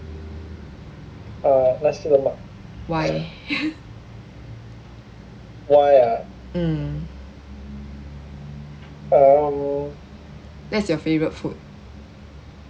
why mm that's your favourite food